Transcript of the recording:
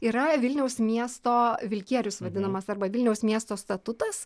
yra vilniaus miesto vilkierius vadinamas arba vilniaus miesto statutas